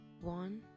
one